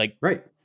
Right